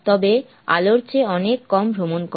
তবে আলোর চেয়ে অনেক কম ভ্রমণ করে